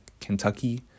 Kentucky